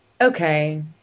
okay